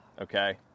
Okay